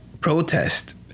protest